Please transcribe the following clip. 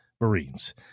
Marines